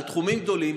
על תחומים גדולים,